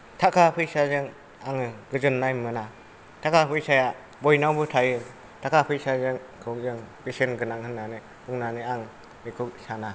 थाखा फैसाजों आं गोजोननाय मोना थाखा फैसाया बयनावबो थायो थाखा फैसाजों गावजों बेसेन गोनां होननानै बुंनानै आं बेखौ साना